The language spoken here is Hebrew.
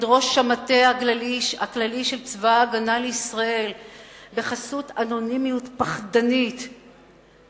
ראש המטה הכללי של צבא-הגנה לישראל בחסות אנונימיות פחדנית,